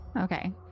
Okay